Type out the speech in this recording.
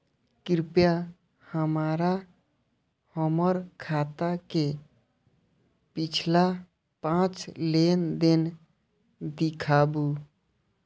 कृपया हमरा हमर खाता के पिछला पांच लेन देन दिखाबू